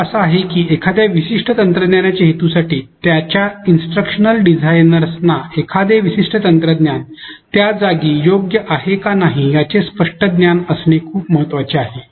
मुद्दा असा आहे की एखाद्या विशिष्ट तंत्रज्ञानाच्या हेतूसाठी त्याच्या सूचनात्मक डिझाईनर्सना एखादे विशिष्ट तंत्रज्ञान त्या जागी योग्य आहे का नाही याचे स्पष्ट ज्ञान असणे खूप महत्वाचे आहे